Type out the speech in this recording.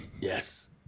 Yes